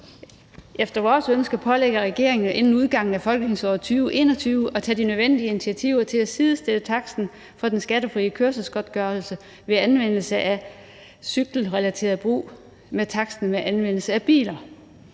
efter vores ønske pålægge regeringen inden udgangen af folketingsåret 2020-21 at tage de nødvendige initiativer til at sidestille taksten for den skattefri kørselsgodtgørelse ved arbejdsrelateret brug af cykel med taksten ved anvendelse af bil.